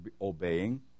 obeying